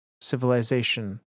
civilization